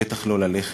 בטח לא ללכת.